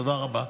תודה רבה.